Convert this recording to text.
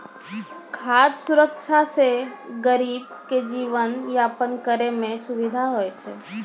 खाद सुरक्षा से गरीब के जीवन यापन करै मे सुविधा होय छै